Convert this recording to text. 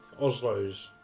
Oslo's